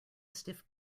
stiff